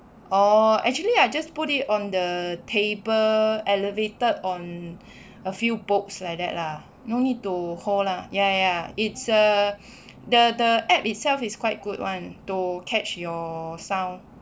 oh actually I just put it on the table elevated on a few books like that lah no need to hold lah ya ya it's a the the app itself is quite good one to catch your sound